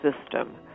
system